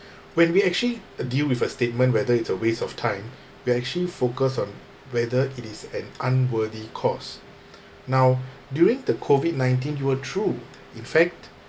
when we actually uh deal with a statement whether it's a waste of time we actually focus on whether it is an unworthy cause now during the COVID nineteen it were true in fact